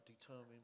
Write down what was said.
determined